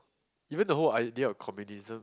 even the whole idea of communism